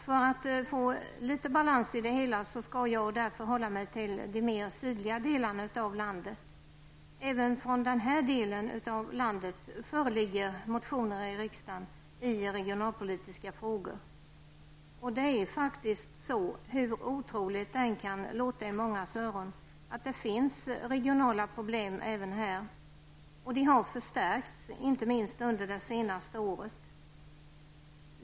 För att få litet balans i det hela skall jag hålla mig till de mer sydliga delarna av landet. Även från den delen av landet föreligger motioner i riksdagen i regionalpolitiska frågor. Det är faktiskt så -- hur otroligt det kan låta i mångas öron -- att det finns regionala problem även här. De har förstärkts, inte minst under det senaste året.